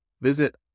Visit